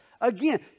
again